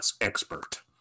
expert